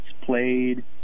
played